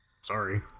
Sorry